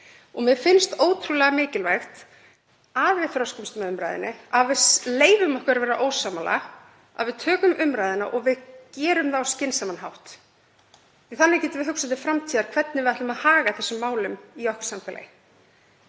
og mér finnst ótrúlega mikilvægt að við þroskumst með umræðunni, að við leyfum okkur að vera ósammála, að við tökum umræðuna og við gerum það á skynsamlegan hátt, því að þannig getum við hugsað til framtíðar hvernig við ætlum að haga þessum málum í samfélagi